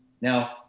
now